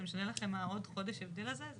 זה משנה לכם העוד חודש ההבדל הזה?